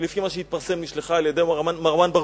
שלפי מה שהתפרסם נשלחה על-ידי מרואן ברגותי,